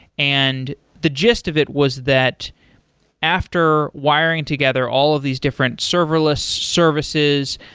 and the gist of it was that after wiring together all of these different serverless services,